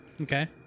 Okay